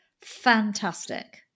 fantastic